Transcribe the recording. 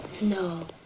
No